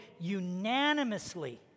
unanimously